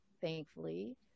thankfully